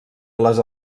les